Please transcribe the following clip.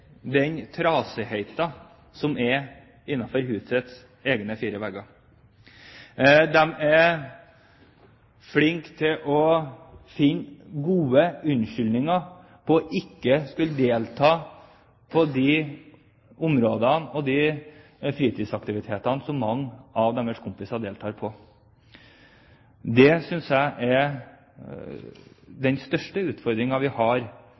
den trasigheten som er innenfor husets fire vegger, de er flinke til å finne gode unnskyldinger for ikke å skulle delta på de områdene og i de fritidsaktivitetene som mange av deres kompiser deltar i. Det synes jeg er den største utfordringen vi har